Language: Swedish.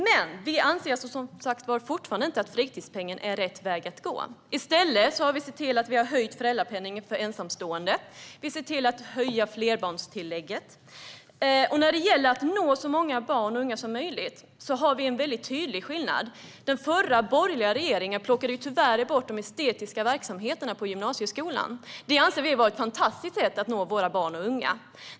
Men vi anser som sagt fortfarande inte att fritidspengen är rätt väg att gå. I stället har vi höjt föräldrapenningen för ensamstående, och vi höjer flerbarnstillägget. När det gäller att nå så många barn och unga som möjligt har vi en väldigt tydlig skillnad. Den förra borgerliga regeringen plockade tyvärr bort de estetiska verksamheterna i gymnasieskolan, som vi anser är ett fantastiskt sätt att nå våra barn och unga.